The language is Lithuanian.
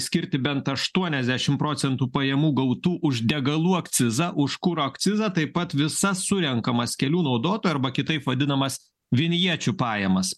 skirti bent aštuoniasdešim procentų pajamų gautų už degalų akcizą už kuro akcizą taip pat visas surenkamas kelių naudotojo arba kitaip vadinamas vinječių pajamas